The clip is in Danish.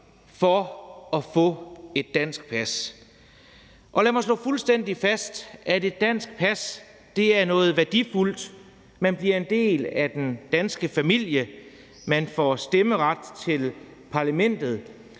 for at få et dansk pas. Lad mig slå fuldstændig fast, at et dansk pas er noget værdifuldt. Man bliver en del af den danske familie, og man får stemmeret til parlamentet,